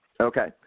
Okay